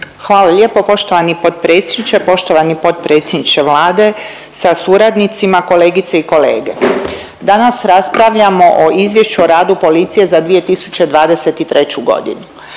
Hvala lijepo. Poštovani potpredsjedniče, poštovani potpredsjedniče Vlade sa suradnicima, kolegice i kolege. Danas raspravljamo o Izvješću o radu policije za 2023.g.,